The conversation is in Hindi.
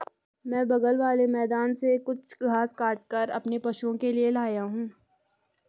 मैं बगल वाले मैदान से कुछ घास काटकर अपने पशुओं के लिए लाया हूं